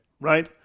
right